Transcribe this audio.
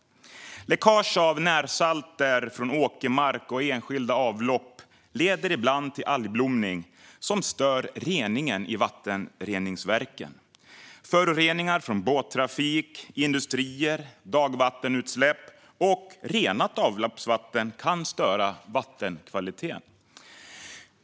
Läckage av närsalter från åkermark och enskilda avlopp leder ibland till algblomning, som stör reningen i vattenreningsverken. Föroreningar från båttrafik och industrier, dagvattenutsläpp och renat avloppsvatten kan störa vattenkvaliteten.